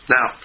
Now